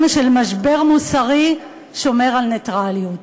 של משבר מוסרי שומר על נייטרליות.